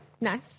Nice